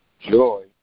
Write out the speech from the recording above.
joy